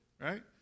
right